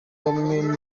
bamwe